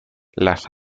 las